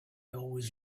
always